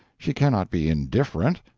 she cannot be indifferent,